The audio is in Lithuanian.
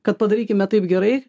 kad padarykime taip gerai